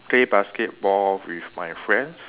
play basketball with my friends